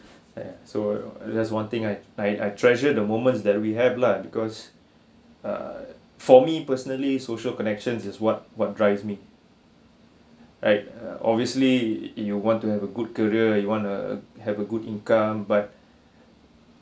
eh so that's one thing I like I treasure the moments that we have lah because err for me personally social connections is what what drives me like uh obviously you want to have a good career you want to have a good income but